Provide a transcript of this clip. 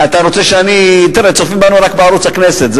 אתה רוצה שאני, צופים בנו רק בערוץ הכנסת.